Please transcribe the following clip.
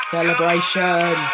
Celebration